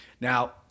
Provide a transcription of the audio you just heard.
Now